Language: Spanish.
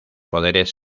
poderes